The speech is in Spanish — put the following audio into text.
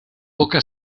boca